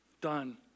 done